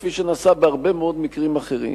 כפי שנעשה בהרבה מאוד מקרים אחרים,